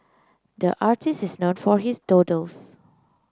the artist is known for his doodles